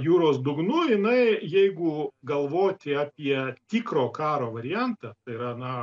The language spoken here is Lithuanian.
jūros dugnu jinai jeigu galvoti apie tikro karo variantą tai yra na